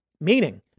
meaning